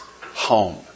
home